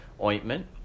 ointment